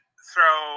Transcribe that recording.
throw